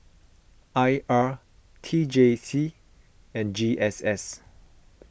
I R T J C and G S S